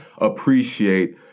appreciate